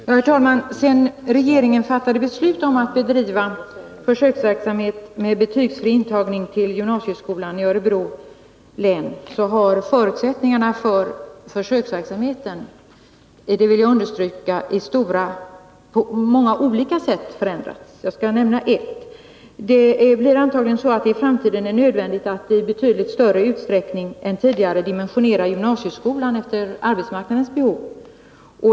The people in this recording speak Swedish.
Herr talman! Sedan regeringen fattade beslut om att bedriva försöksverksamhet med betygsfri intagning till gymnasieskolan i Örebro län har förutsättningarna för försöksverksamheten — det vill jag understryka — på många olika sätt förändrats. Jag skall nämna ett. I framtiden blir det antagligen nödvändigt att i betydligt större utsträckning än tidigare dimensionera gymnasieskolan efter arbetsmarknadens behov.